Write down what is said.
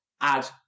add